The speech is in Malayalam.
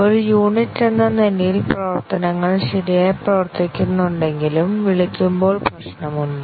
ഒരു യൂണിറ്റ് എന്ന നിലയിൽ പ്രവർത്തനങ്ങൾ ശരിയായി പ്രവർത്തിക്കുന്നുണ്ടെങ്കിലും വിളിക്കുമ്പോൾ പ്രശ്നമുണ്ട്